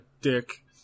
dick